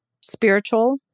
spiritual